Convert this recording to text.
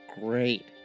great